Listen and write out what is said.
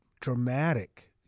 dramatic